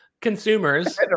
consumers